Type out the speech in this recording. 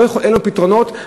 אין לנו פתרונות,